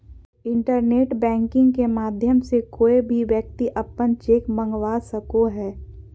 internet banking के माध्यम से कोय भी व्यक्ति अपन चेक मंगवा सको हय